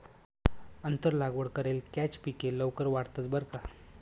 आंतर लागवड करेल कॅच पिके लवकर वाढतंस बरं का